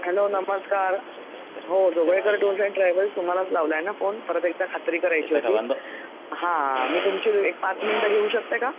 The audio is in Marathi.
हॅलो नमस्कार हो जोगळेकर टूर्स अँड ट्रॅवल्स तुम्हालाच लावला आहे ना फोन परत एकदा खात्री करायची होती हां मी तुमची एक पाच मिनिटं घेऊ शकते का